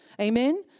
Amen